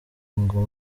ingumi